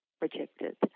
rejected